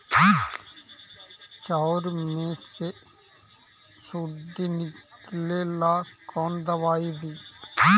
चाउर में से सुंडी निकले ला कौन दवाई दी?